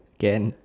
can